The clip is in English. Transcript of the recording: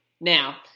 Now